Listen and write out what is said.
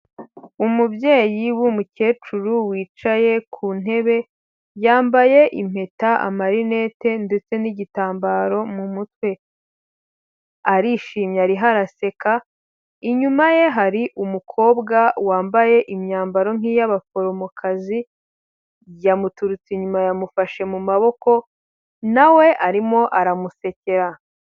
Umubyeyi w'umukecuru wicaye ku ntebe, yambaye impeta, amarinete ndetse n'igitambaro mu mutwe, arishimye ariho araseka, inyuma ye hari umukobwa wambaye imyambaro nk'iy'abaforomokazi, yamuturutse inyuma yamufashe mu maboko na we arimo aramusekera.